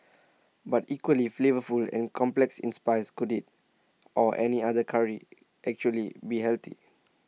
but equally flavourful and complex in spice could IT or any other Curry actually be healthy